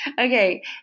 Okay